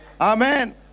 Amen